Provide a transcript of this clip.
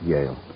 Yale